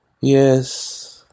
Yes